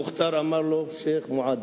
המוכתר אמר לו: "שיח' מועדי".